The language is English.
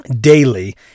daily